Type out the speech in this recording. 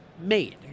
made